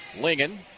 Lingen